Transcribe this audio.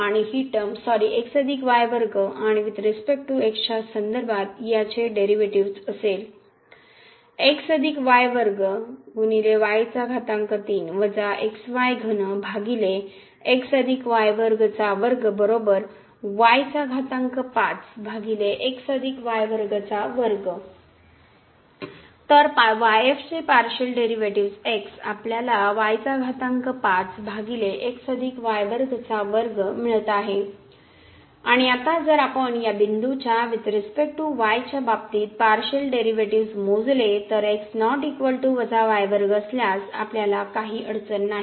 आणि ही term sorry आणि वुईथ रिसपेक्ट टू च्या संदर्भात याचे डेरिव्हेटिव्ह्ज असेल तर चे पार्शियल डेरिव्हेटिव्ह्ज x आपल्याला मिळत आहे आणि आता जर आपण या बिंदूच्या वुईथ रिसपेक्ट टू y च्या बाबतीत पार्शियल डेरिव्हेटिव्ह्ज मोजले तर असल्यास आपल्याला काही अडचण नाही